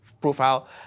Profile